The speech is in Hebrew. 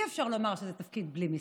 אי-אפשר לומר שזה תקציב בלי מיסים.